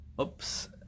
oops